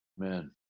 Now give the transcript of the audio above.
Amen